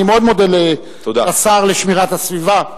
אני מאוד מודה לשר לשמירת הסביבה --- תודה.